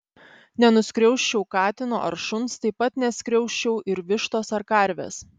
nenuskriausčiau katino ar šuns taip pat neskriausčiau ir vištos ar karvės